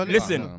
Listen